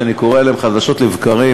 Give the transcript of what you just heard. שאני קורא עליהם חדשות לבקרים,